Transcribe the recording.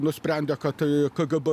nusprendė kad tai kgb